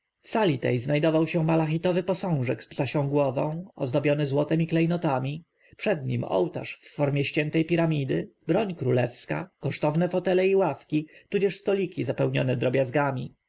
sali tej znajdował się malachitowy posążek horusa z ptasią głową ozdobiony złotem i klejnotami przed nim ołtarz w formie ściętej piramidy broń królewska kosztowne fotele i ławki tudzież stoliki zapełnione drobiazgami